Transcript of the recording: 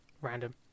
Random